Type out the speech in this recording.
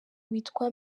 witwa